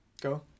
Go